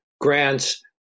grants